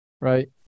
Right